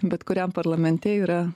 bet kuriam parlamente yra